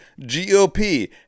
GOP